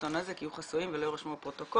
לזולתו נזק יהיו חסויים ולא יירשמו בפרוטוקול,